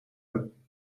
een